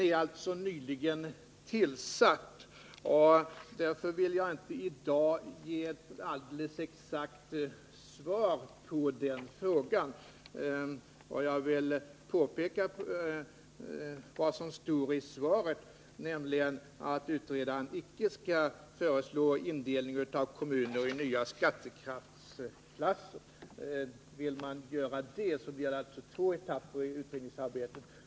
Utredningen är nyligen tillsatt, och därför vill jag inte i dag ge ett alldeles bestämt svar på den frågan. Jag vill i sammanhanget påpeka det som också nämns i svaret, nämligen att utredaren icke skall föreslå ändrad indelning av kommuner i skattekraftsklasser. För att göra det krävs att utredningsarbetet sker i två etapper.